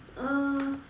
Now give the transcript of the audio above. uh